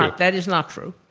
like that is not true.